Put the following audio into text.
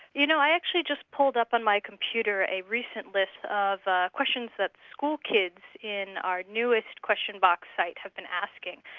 you know, i actually just pulled up on my computer a recent list of ah questions that schoolkids in our newest question box site have been asking.